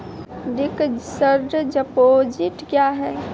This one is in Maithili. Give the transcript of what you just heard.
फिक्स्ड डिपोजिट क्या हैं?